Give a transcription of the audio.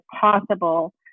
possible